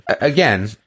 again